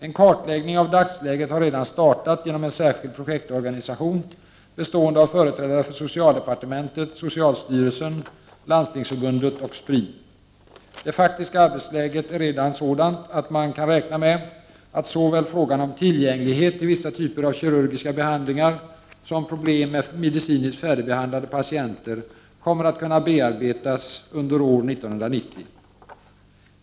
En kartläggning av dagsläget har redan startat genom en särskild projektorganisation, bestående av företrädare för socialdepartementet, socialstyrelsen, Landstingsförbundet och Spri. Det faktiska arbetsläget är redan sådant att man kan räkna med att såväl frågan om tillgänglighet till vissa typer av kirurgiska behandlingar som problem med medicinskt färdigbehandlade patienter kommer att kunna bearbetas under år 1990.